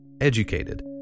educated